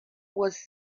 was